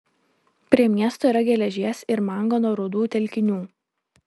prie miesto yra geležies ir mangano rūdų telkinių